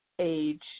age